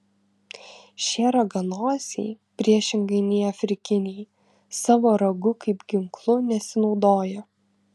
šie raganosiai priešingai nei afrikiniai savo ragu kaip ginklu nesinaudoja